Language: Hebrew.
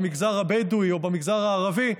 במגזר הבדואי או במגזר הערבי,